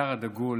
השר הדגול